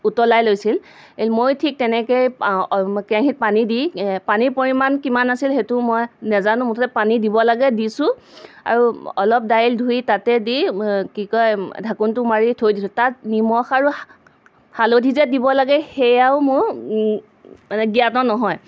উতলাই লৈছিল মইয়ো ঠিক তেনেকৈয়ে কেৰাহিত পানী দি পানীৰ পৰিমাণ কিমান আছিল সেইটোও মই নেজানো মুঠতে পানী দিব লাগে দিছোঁ আৰু অলপ দাইল ধুই তাতে দি কি কয় ঢাকোনটো মাৰি থৈ দিছোঁ তাত নিমখ আৰু হালধি যে দিব লাগে সেইয়াও মোৰ মানে জ্ঞাত নহয়